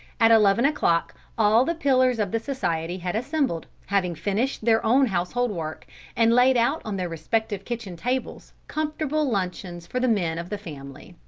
at eleven o'clock all the pillars of the society had assembled, having finished their own household work and laid out on their respective kitchen tables comfortable luncheons for the men of the family,